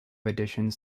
editions